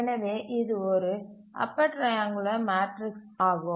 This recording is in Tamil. எனவே இது ஒரு அப்பர் ட்ரைஆங்குளர் மேட்ரிக்ஸ் ஆகும்